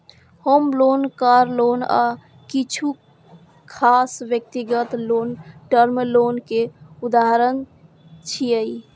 होम loan, car loan आ किछु खास व्यक्तिगत लोन टर्म लोन के उदाहरण छियै